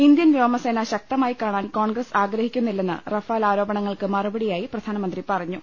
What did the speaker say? Indian വ്യോമസേന ശക്തമായി കാണാൻ കോൺഗ്രസ് ആഗ്ര ഹിക്കുന്നില്ലെന്ന് റഫാൽ ആരോപണങ്ങൾക്ക് മറുപടിയായി പ്രധാനമന്ത്രി പറഞ്ഞു